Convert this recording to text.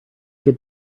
get